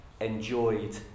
enjoyed